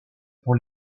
pour